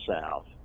South